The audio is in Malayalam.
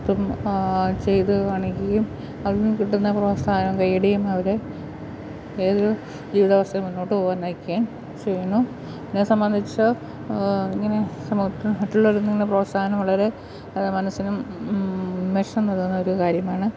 ഇപ്പം ചെയ്ത് കാണിക്കുകയും അതിൽ നിന്ന് കിട്ടുന്ന പ്രോത്സാഹനവും കയ്യടിയും അവരെ ഏതൊരു ജീവിതാവസ്ഥയിലും മുന്നോട്ട് പോകുവാൻ നയിക്കുകയും ചെയ്യുന്നു എന്നെ സംബന്ധിച്ച് ഇങ്ങനെ നമുക്ക് മറ്റുള്ളവരിൽ നിന്ന് പ്രോത്സാഹനം വളരെ അത് മനസ്സിനും ഉന്മേഷം നൽകുന്ന ഒരു കാര്യമാണ്